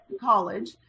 college